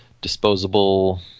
disposable